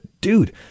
dude